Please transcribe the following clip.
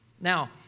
Now